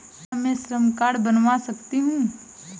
क्या मैं श्रम कार्ड बनवा सकती हूँ?